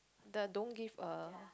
the don't give a